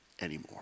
anymore